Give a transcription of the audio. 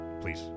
Please